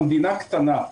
המדינה קטנה.